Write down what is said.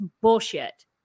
bullshit